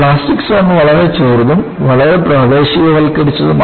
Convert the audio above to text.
plastic zone വളരെ ചെറുതും വളരെ പ്രാദേശികവൽക്കരിച്ചതുമാണ്